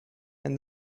and